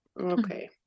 Okay